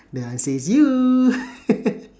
the answer is you